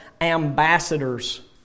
ambassadors